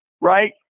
right